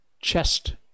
chest